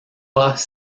pas